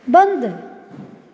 बंदि